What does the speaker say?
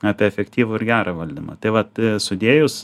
apie efektyvų ir gerą valdymą tai vat sudėjus